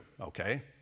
okay